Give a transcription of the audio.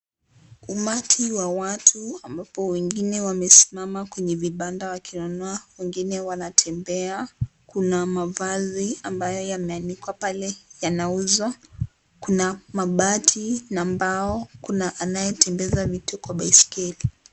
Umati wa watu ambapo wengine wamesimama kwenye vibanda wakinunua wengine wanatembea, kuna mavazi ambayo yameanikwa pale yanauzwa, kuna mabati na mbao, kuna anayetembeza vitu kwa baiskeli.